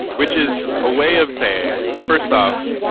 which is a way of saying, first off,